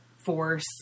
force